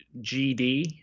GD